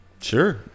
Sure